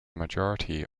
majority